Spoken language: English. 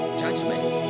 judgment